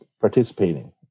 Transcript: participating